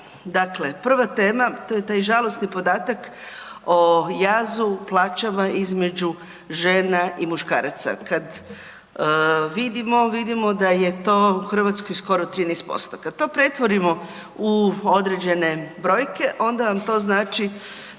Dakle, prva tema to je taj žalosni podatak o jazu plaćama između žena i muškaraca. Kad vidimo, vidimo da je to u Hrvatskoj skoro 13%, kad to pretvorimo u određene brojke onda vam to znači